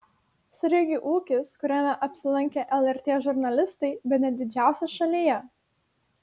sraigių ūkis kuriame apsilankė lrt žurnalistai bene didžiausias šalyje